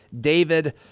David